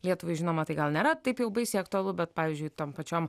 lietuvai žinoma tai gal nėra taip jau baisiai aktualu bet pavyzdžiui tom pačiom